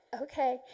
okay